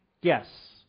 Yes